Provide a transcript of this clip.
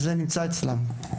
זה נמצא אצלם.